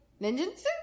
ninjutsu